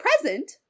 present